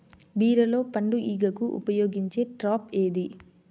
బీరలో పండు ఈగకు ఉపయోగించే ట్రాప్ ఏది?